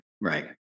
Right